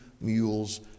mules